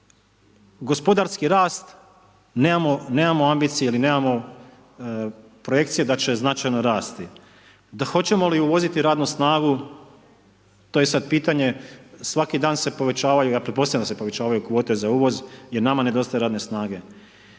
gospodarski rast, nemamo ambicije ili nemamo projekcije da će značajno rasti, da hoćemo li uvoziti radnu snagu, to je sad pitanje, svaki dan se povećavaju, ja pretpostavljam da se povećavaju kvote za uvoz jer nama nedostaje radne snage.